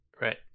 Right